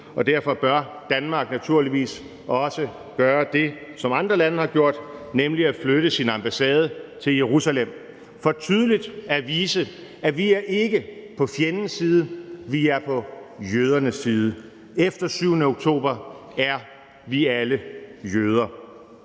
og derfor bør Danmark naturligvis også gøre det, som andre lande har gjort, nemlig at flytte sin ambassade til Jerusalem for tydeligt at vise, at vi ikke er på fjendens side, vi er på jøderne side. Efter 7. oktober er vi alle jøder.